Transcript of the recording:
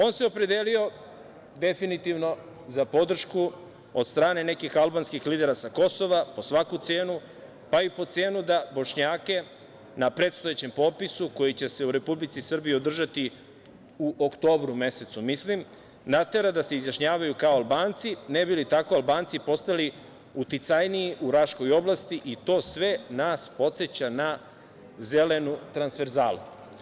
On se opredelio definitivno za podršku od strane nekih albanskih lidera sa Kosova, po svaku cenu, pa i po cenu da Bošnjake na predstojećem popisu koji će se u Republici Srbiji održati u oktobru mesecu, ja mislim, natera da se izjašnjavaju kao Albanci, ne bi li tako Albanci postali uticajniji u Raškoj oblasti i to sve nas podseća na „zelenu transverzalu“